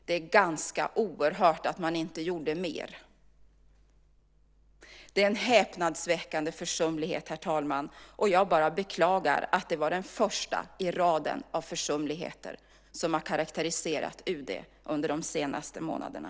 Det är ganska oerhört att man inte gjorde mer. Det är en häpnadsväckande försumlighet, herr talman, och jag bara beklagar att det var den första i raden av försumligheter som har karakteriserat UD under de senaste månaderna.